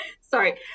Sorry